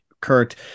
Kurt